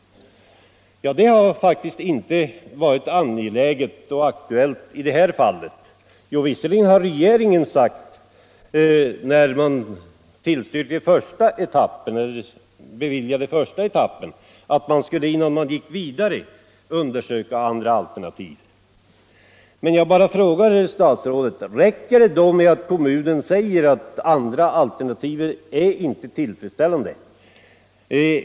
Det har faktiskt inte varit angeläget och aktuellt i detta fall. Visserligen har regeringen när den beviljade byggnadstillstånd för första etappen sagt att man, innan man gick vidare, skulle undersöka andra alternativ. Jag bara frågar herr statsrådet: Räcker det då med att kommunen säger att andra alternativ inte är tillfredsställande?